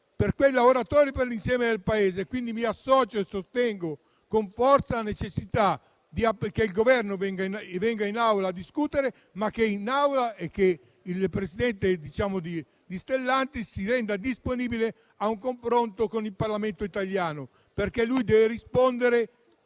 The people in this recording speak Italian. per quei lavoratori che per l'insieme del Paese. Mi associo e sostengo con forza la necessità che il Governo venga in Aula a discutere e che il presidente di Stellantis si renda disponibile a un confronto con il Parlamento italiano, perché deve rispondere